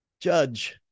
Judge